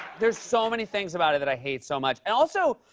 there's so many things about it that i hate so much. and, also,